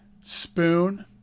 Spoon